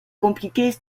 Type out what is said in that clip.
compliquer